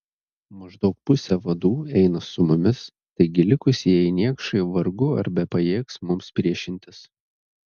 maždaug pusė vadų eina su mumis taigi likusieji niekšai vargu ar bepajėgs mums priešintis